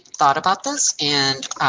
thought about this, and,